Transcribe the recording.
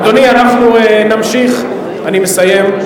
אדוני, אנחנו נמשיך, אני מסיים.